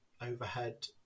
overhead